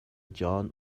جان